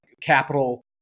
capital